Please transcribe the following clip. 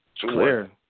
Clear